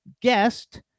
guest